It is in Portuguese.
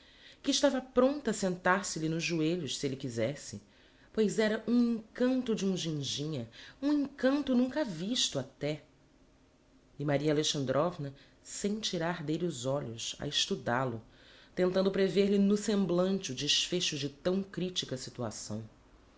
que estava pronta a sentar se lhe nos joelhos se elle quisesse pois era um encanto de um ginjinha um encanto nunca visto até e maria alexandrovna sem tirar d'elle os olhos a estudál o tentando prever lhe no semblante o desfecho de tão critica situação